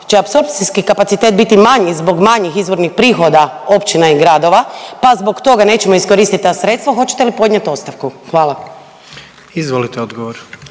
će apsorpcijski kapacitet biti manji zbog manjih izvornih prihoda općina i gradova pa zbog toga nećemo iskoristit ta sredstva, hoćete li podnijeti ostavku? Hvala. **Jandroković,